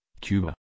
Cuba